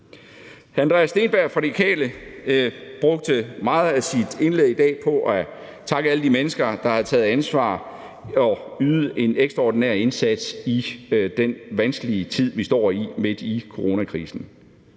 Hr. Andreas Steenberg fra De Radikale brugte meget af sit indlæg i dag på at takke alle de mennesker, der har taget ansvar og ydet en ekstraordinær indsats i den vanskelige tid, vi stå i, med coronakrisen.